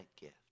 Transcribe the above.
gift